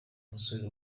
umusore